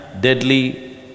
deadly